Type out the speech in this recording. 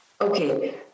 Okay